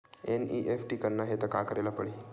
NEFT करना हे त का करे ल पड़हि?